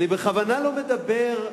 אני בכוונה לא מדבר,